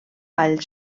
vall